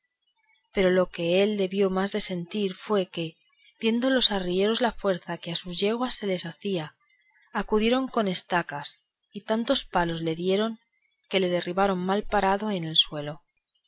pero lo que él debió más de sentir fue que viendo los arrieros la fuerza que a sus yeguas se les hacía acudieron con estacas y tantos palos le dieron que le derribaron malparado en el suelo